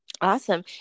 Awesome